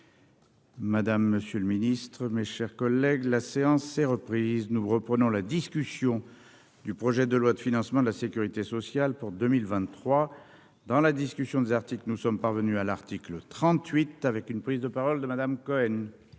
Madame, monsieur le Ministre, mes chers collègues, la séance est reprise, nous reprenons la discussion du projet de loi de financement de la Sécurité sociale pour 2023 dans la discussion des articles que nous sommes parvenus à l'article trente-huit avec une prise de parole de Madame Cohen.